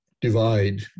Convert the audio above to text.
Divide